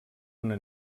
una